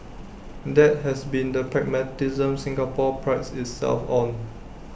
that has been the pragmatism Singapore prides itself on